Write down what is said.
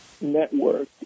network